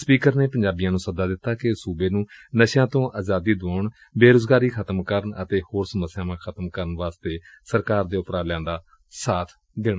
speaker ਨੇ ਪੰਜਾਬੀਆਂ ਨੂੰ ਸੱਦਾ ਦਿੱਤਾ ਕਿ ਉਹ ਸੁਬੇ ਨੂੰ ਨਸ਼ਿਆਂ ਤੋਂ ਆਜ਼ਾਦੀ ਦੁਆਉਣ ਬੇਰੁਜ਼ਗਾਰੀ ਖਤਮ ਕਰਨ ਮਗਰੋ ਹੋਰ ਸਮੱਸਿਆਵਾਂ ਖਤਮ ਕਰਨ ਚ ਸਰਕਾਰ ਦੇ ਉਪਰਾਲਿਆਂ ਚ ਸਾਬ ਦੇਣ